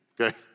Okay